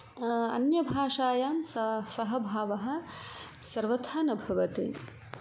अन्यभाषायां सा सः भावः सर्वथा न भवति